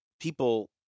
people